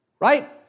right